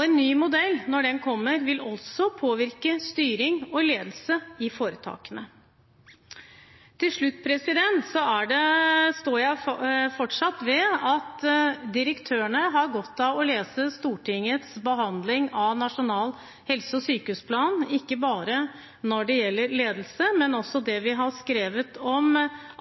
En ny modell, når den kommer, vil også påvirke styring og ledelse i foretakene. Til slutt: Jeg står fortsatt ved at direktørene har godt av å lese Stortingets behandling av Nasjonal helse- og sykehusplan, ikke bare det som gjelder ledelse, men også det vi har skrevet om